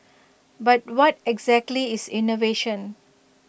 but what exactly is innovation